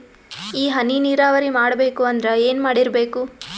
ಈ ಹನಿ ನೀರಾವರಿ ಮಾಡಬೇಕು ಅಂದ್ರ ಏನ್ ಮಾಡಿರಬೇಕು?